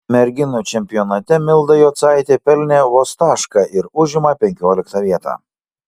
merginų čempionate milda jocaitė pelnė vos tašką ir užima penkioliktą vietą